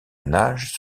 nage